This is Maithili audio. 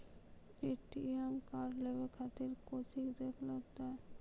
ए.टी.एम कार्ड लेवे के खातिर कौंची देवल जाए?